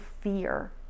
fear